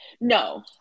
No